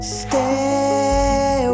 stay